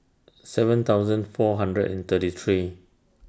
seven thousand four hundred and thirty three